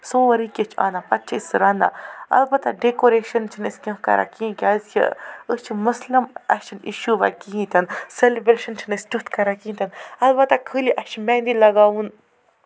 سورُے کیٚنہہ چھُ اَنان پَتہٕ چھُ أسۍ سُہ رَنان اَلبتہ ڈٮ۪کوٗرٮ۪شَن چھِنہٕ أسۍ کیٚنہہ کران کیٚنہہ کیازِ کہِ أسۍ چھِ مُسلم اَسہِ چھُنہٕ یہِ شوٗبان کِہیٖنۍ تہِ نہٕ سٮ۪لِبریشَن چھِنہٕ أسۍ تیُتھ کران کِہیٖنۍ تہِ نہٕ اَلبتہ ووٚنۍ چھُنہٕ اَسہِ خٲلی مہندی لَگاؤنۍ